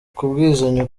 kubwizanya